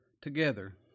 together